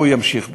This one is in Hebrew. והוא ימשיך בזה.